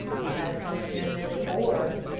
you had something in there before.